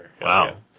Wow